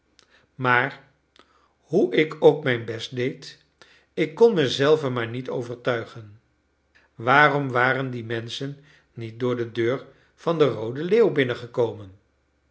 maar hoe ik ook mijn best deed ik kon me zelven maar niet overtuigen waarom waren die menschen niet door de deur van de roode leeuw binnengekomen